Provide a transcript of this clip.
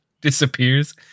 disappears